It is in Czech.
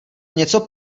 něco